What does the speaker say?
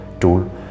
tool